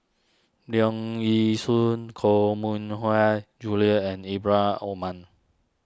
Leong Yee Soo Koh Mui Hiang Julie and Ibrahim Omar